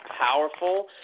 powerful